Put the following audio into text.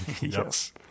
Yes